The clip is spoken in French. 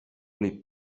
les